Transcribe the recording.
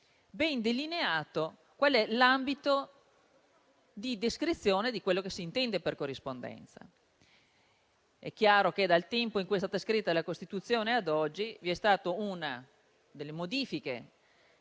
ben delineato l'ambito di descrizione di quello che si intende per corrispondenza. È chiaro che, da quando è stata scritta la Costituzione ad oggi, sono intervenute delle modifiche